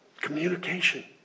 Communication